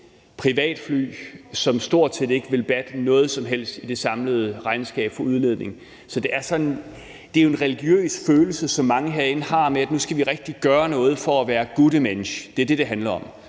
privatfly, som stort set ikke vil batte noget som helst i det samlede regnskab på udledning. Det er jo en religiøs følelse, som mange herinde har, om, at nu skal vi rigtig gøre noget for at være gutmenschen. Det er det, det handler om,